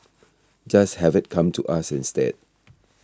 just have it come to us instead